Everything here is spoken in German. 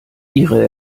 ihre